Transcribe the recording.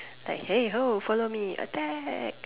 like hey [ho] follow me attack